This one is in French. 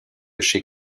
chez